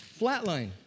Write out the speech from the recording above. Flatline